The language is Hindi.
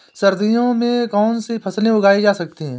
सर्दियों में कौनसी फसलें उगाई जा सकती हैं?